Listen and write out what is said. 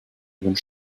bonnes